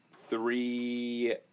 three